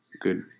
good